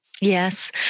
Yes